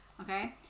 Okay